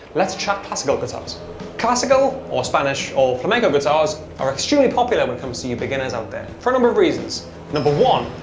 let's check classical guitars classical or spanish or flamenco guitars are extremely popular what comes to you beginners out there for a number of reasons number one?